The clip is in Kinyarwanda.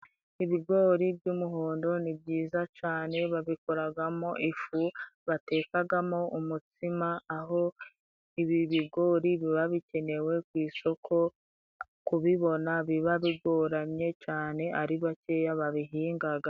Ibigori by'umuhondo ni byiza cane babikoragamo ifu batekagamo umutsima aho ibi bigori biba bikenewe ku isoko kubibona biba bigoranye cane ari bakeya babihingaga.